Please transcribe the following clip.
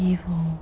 Evil